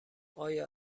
ایا